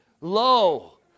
Lo